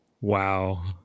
Wow